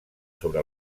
sobre